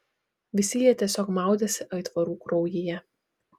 visi jie tiesiog maudėsi aitvarų kraujyje